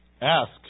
Ask